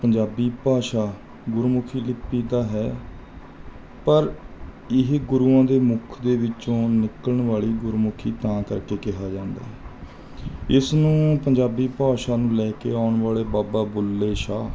ਪੰਜਾਬੀ ਭਾਸ਼ਾ ਗੁਰਮੁਖੀ ਲਿਪੀ ਤਾਂ ਹੈ ਪਰ ਇਹ ਗੁਰੂਆਂ ਦੇ ਮੁਖ ਦੇ ਵਿੱਚੋਂ ਨਿਕਲਣ ਵਾਲੀ ਗੁਰਮੁਖੀ ਤਾਂ ਕਰਕੇ ਕਿਹਾ ਜਾਂਦਾ ਇਸ ਨੂੰ ਪੰਜਾਬੀ ਭਾਸ਼ਾ ਨੂੰ ਲੈ ਕੇ ਆਉਣ ਵਾਲੇ ਬਾਬਾ ਬੁੱਲੇ ਸ਼ਾਹ